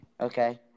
Okay